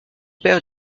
père